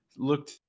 looked